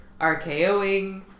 RKOing